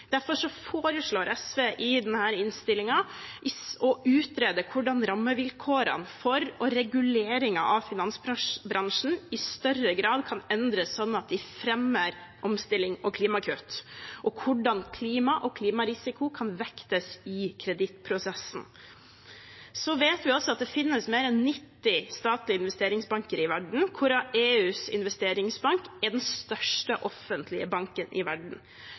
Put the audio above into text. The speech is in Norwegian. Derfor foreslår SV i denne innstillingen å utrede hvordan rammevilkårene for og reguleringer av finansbransjen i større grad kan endres sånn at de fremmer omstilling og klimagasskutt og hvordan klima og klimarisiko kan vektes i kredittprosessen. Så vet vi også at det finnes mer enn 90 statlige investeringsbanker i verden, hvorav EUs investeringsbank er den største offentlige banken i verden.